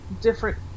Different